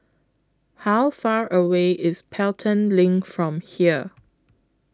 How Far away IS Pelton LINK from here